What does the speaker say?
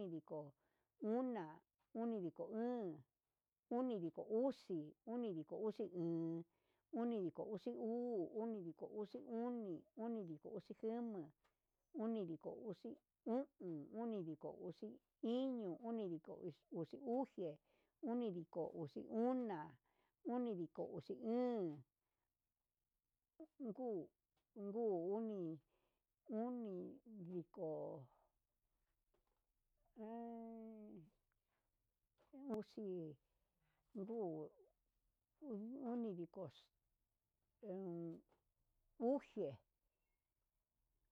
Unidiko una, unidiko óón, unidiko uxi, unidiko uxi een, unidiko uxi uu, unidiko uxi jama, unidiko uxi o'on, onidiko uxi iño, unidiko uxi uxe, unidiko uxi óón, nguu nguu uni, onidiko ahi uxi nguu onidiko he en uxe